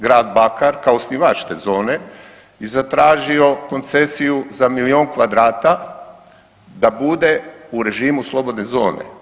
Grad Bakar kao osnivač te zone je zatražio koncesiju za milijun kvadrata da bude u režimu slobodne zone.